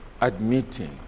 admitting